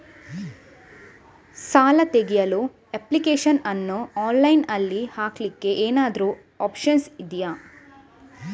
ಸಾಲ ತೆಗಿಯಲು ಅಪ್ಲಿಕೇಶನ್ ಅನ್ನು ಆನ್ಲೈನ್ ಅಲ್ಲಿ ಹಾಕ್ಲಿಕ್ಕೆ ಎಂತಾದ್ರೂ ಒಪ್ಶನ್ ಇದ್ಯಾ?